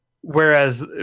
whereas